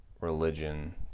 religion